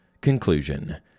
Conclusion